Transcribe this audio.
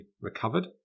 recovered